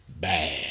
bad